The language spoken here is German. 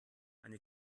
eine